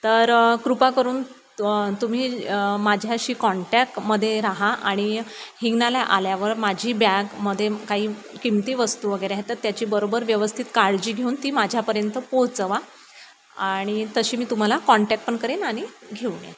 तर कृपा करून त्व तुम्ही माझ्याशी कॉन्टॅकमध्ये राहा आणि हिंगण्याला आल्यावर माझी बॅगमध्ये काही किमती वस्तू वगैरे आहे तर त्याची बरोबर व्यवस्थित काळजी घेऊन ती माझ्यापर्यंत पोचवा आणि तशी मी तुम्हाला कॉन्टॅक पण करेन आणि घेऊन या